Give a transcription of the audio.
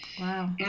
Wow